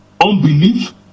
unbelief